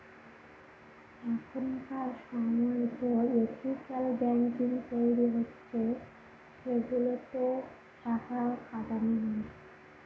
এখনকার সময়তো ethical banking তৈরী হচ্ছে সেগুলোতে টাকা খাটানো হয়